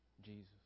Jesus